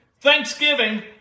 Thanksgiving